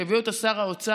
שהביא שר האוצר,